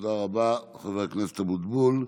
תודה רבה, חבר הכנסת אבוטבול.